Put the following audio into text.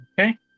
Okay